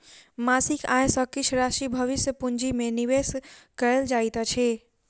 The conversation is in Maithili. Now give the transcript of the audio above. मासिक आय सॅ किछ राशि भविष्य पूंजी में निवेश कयल जाइत अछि